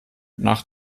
nach